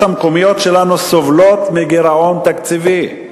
המקומיות שלנו סובלות מגירעון תקציבי,